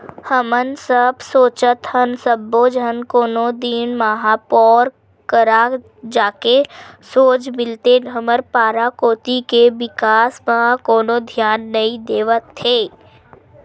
हमन सब सोचत हन सब्बो झन कोनो दिन महापौर करा जाके सोझ मिलतेन हमर पारा कोती के बिकास म कोनो धियाने नइ देवत हे